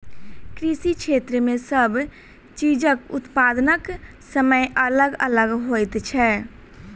कृषि क्षेत्र मे सब चीजक उत्पादनक समय अलग अलग होइत छै